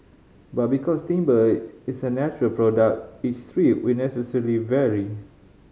but because timber is a natural product each strip will necessary vary